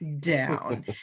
Down